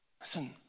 Listen